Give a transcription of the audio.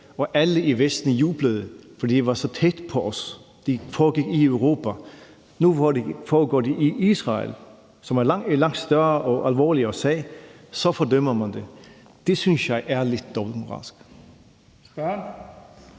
alle i Vesten jublede, fordi det var så tæt på os; det foregik i Europa. Nu foregår det i Israel, og det er en langt større og mere alvorlig sag, og så fordømmer man det. Det synes jeg er lidt dobbeltmoralsk.